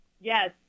Yes